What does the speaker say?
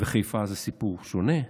וחיפה זה סיפור שונה.